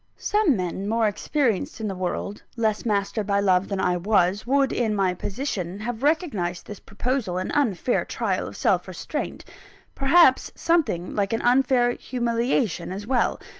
some men more experienced in the world, less mastered by love than i was, would, in my position, have recognised this proposal an unfair trial of self-restraint perhaps, something like an unfair humiliation as well.